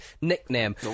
nickname